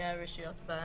הרשויות בנושא.